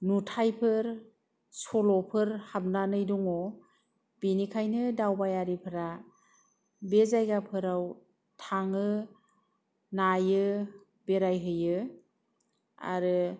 नुथाइफोर सल'फोर हाबनानै दङ बेनिखायनो दावबायारिफोरा बे जायगाफोराव थाङो नायो बेरायहैयो आरो